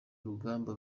uruganda